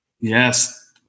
Yes